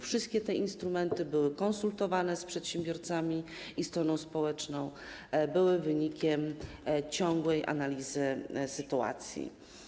Wszystkie te instrumenty były konsultowane z przedsiębiorcami i stroną społeczną, były wynikiem ciągłej analizy sytuacji.